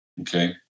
Okay